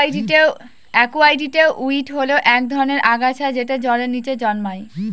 একুয়াটিকে উইড হল এক ধরনের আগাছা যেটা জলের নীচে জন্মায়